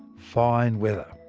fine weather.